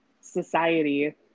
society